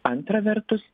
antra vertus